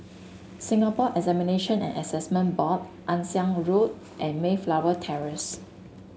Singapore Examination and Assessment Board Ann Siang Road and Mayflower Terrace